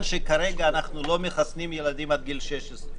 שכרגע אנחנו לא מחסנים ילדים עד גיל 16,